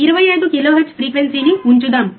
25 kilohertz ఫ్రీక్వెన్సీని ఉంచుదాం